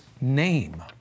name